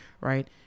Right